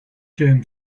term